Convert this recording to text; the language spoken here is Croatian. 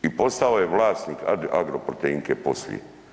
I postao je vlasnik Agroproteinke poslije.